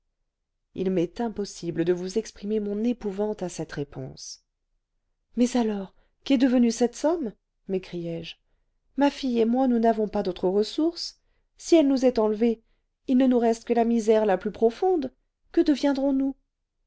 il m'est impossible de vous exprimer mon épouvante à cette réponse mais alors qu'est devenue cette somme m'écriai-je ma fille et moi nous n'avons pas d'autre ressource si elle nous est enlevée il ne nous reste que la misère la plus profonde que deviendrons nous